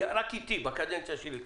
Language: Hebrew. רק איתי בקדנציה שלי.